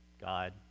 God